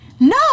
no